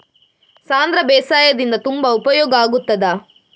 ಸಾಂಧ್ರ ಬೇಸಾಯದಿಂದ ತುಂಬಾ ಉಪಯೋಗ ಆಗುತ್ತದಾ?